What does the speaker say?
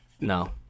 No